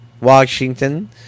Washington